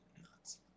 nuts